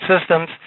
systems